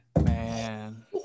man